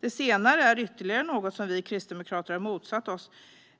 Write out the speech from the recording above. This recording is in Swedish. Det senare är ytterligare något som vi kristdemokrater har motsatt oss.